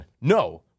No